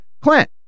Clint